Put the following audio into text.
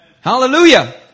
Hallelujah